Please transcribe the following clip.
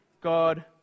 God